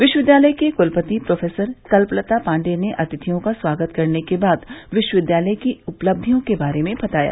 विश्वविद्यालय के कुलपति प्रोकल्पलता पांडेय ने अतिथियों का स्वागत करने के बाद विश्वविद्यालय की उपलब्धियों के बारे में बताया